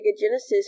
Genesis